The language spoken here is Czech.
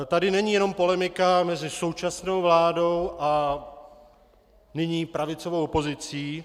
Tady není jen polemika mezi současnou vládou a nyní pravicovou opozicí.